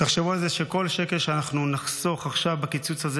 תחשבו על זה שכל שקל שנחסוך עכשיו בקיצוץ הזה,